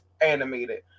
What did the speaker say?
animated